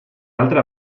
altra